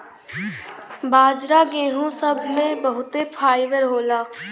बाजरा गेहूं सब मे बहुते फाइबर होला